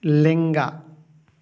ᱞᱮᱸᱜᱟ